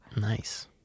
nice